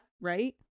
right